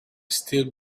still